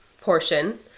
portion